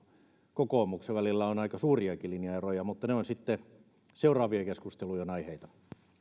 kokoomuksen välillä on aika suuriakin linjaeroja mutta ne ovat sitten seuraavien keskustelujen aiheita